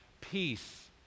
Peace